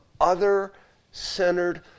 other-centered